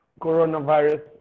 coronavirus